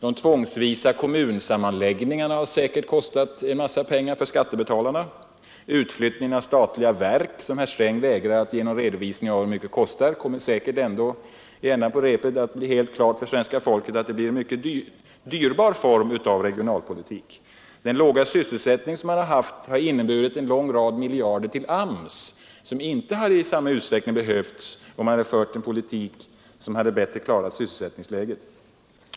De tvångsvisa kommunsammanläggningarna har säkert kostat en massa pengar för skattebetalarna. Utflyttningen av statliga verk, som herr Sträng vägrar att redovisa kostnaden för, kommer säkert ändå i ändan på repet att för svenska folket framstå som en mycket dyrbar form av regionalpolitik. Den låga sysselsättningen har inneburit en lång rad miljarder i anslag till AMS som inte hade behövts i samma utsträckning om man fört en politik som bättre klarat sysselsättningsläget.